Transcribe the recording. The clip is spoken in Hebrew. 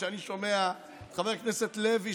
וכשאני שומע את חבר הכנסת לוי,